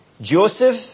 Joseph